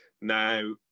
Now